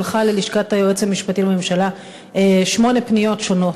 שלחה ללשכת היועץ המשפטי לממשלה שמונה פניות שונות,